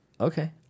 Okay